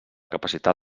capacitat